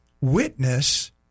witness